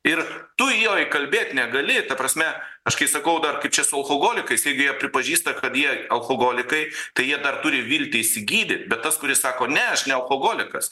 ir tu jo įkalbėt negali ta prasme aš kaip sakau kaip čia su alkoholikais irgi jie pripažįsta kad jie alkoholikai tai jie dar turi viltį išsigydyt bet tas kuris sako ne ne alkoholikas